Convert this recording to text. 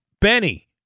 Benny